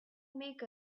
make